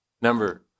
Number